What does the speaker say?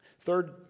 Third